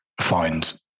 find